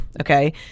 Okay